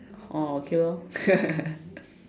oh okay lor